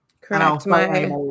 Correct